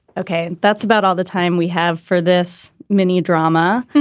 ok that's about all the time we have for this mini drama.